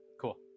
Cool